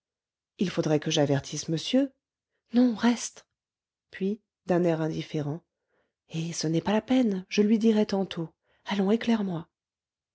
il faudrait que j'avertisse monsieur non reste puis d'un air indifférent eh ce n'est pas la peine je lui dirai tantôt allons éclaire moi